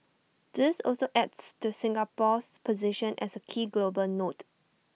this also adds to Singapore's position as A key global node